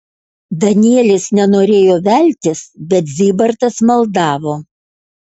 danielis nenorėjo veltis bet zybartas maldavo